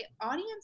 audience